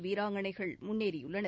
வீராங்கனைகள் முன்னேறியுள்ளனர்